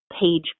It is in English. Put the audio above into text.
page